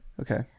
Okay